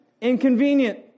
inconvenient